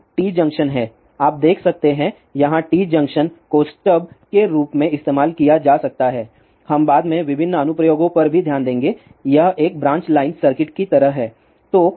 अब T junction हैं आप देख सकते हैं यहां टी जंक्शन को स्टब के रूप में इस्तेमाल किया जा सकता है हम बाद में विभिन्न अनुप्रयोगों पर भी ध्यान देंगे यह एक ब्रांच लाइन सर्किट की तरह है